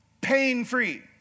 pain-free